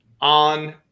on